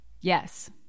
Yes